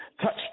touch